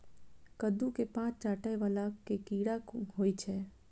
कद्दू केँ पात चाटय वला केँ कीड़ा होइ छै?